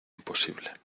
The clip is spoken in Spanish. imposible